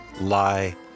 lie